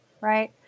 Right